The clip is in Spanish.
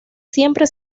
siempre